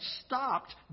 stopped